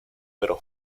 pero